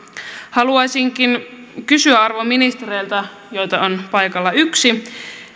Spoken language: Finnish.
haluaisinkin kysyä arvon ministereiltä joita on paikalla yksi